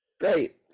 Great